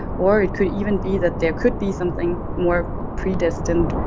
or it could even be that there could be something more predestined.